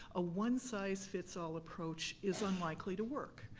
a one-size-fits-all approach is unlikely to work.